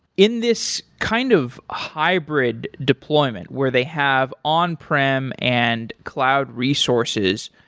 in this kind of hybrid deployment where they have on pram and cloud resources.